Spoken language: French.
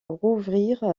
rouvrir